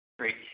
Great